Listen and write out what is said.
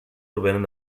provenen